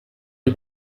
hip